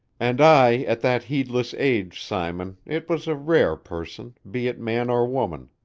and i at that heedless age, simon, it was a rare person, be it man or woman,